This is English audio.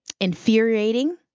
infuriating